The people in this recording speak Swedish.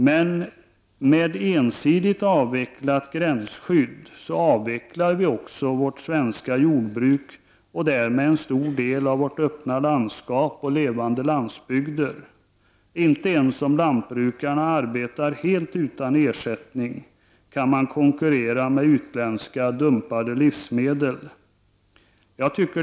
Men om vi ensidigt avvecklar gränsskyddet, avvecklar vi också vårt svenska jordbruk och därmed även en stor del av våra möjligheter att hålla landskapet öppet och landsbygden levande. De svenska lantbrukarnas produkter skulle inte kunna konkurrera med utländska dumpade livsmedel ens om lantbrukarna arbetade helt utan ersättning.